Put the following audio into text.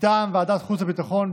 מטעם ועדת החוץ והביטחון,